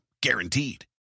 Guaranteed